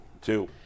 two